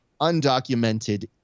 undocumented